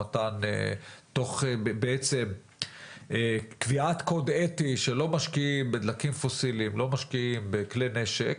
תוך קביעת קוד אתי שלא משקיעים בדלקים פוסיליים וכלי נשק,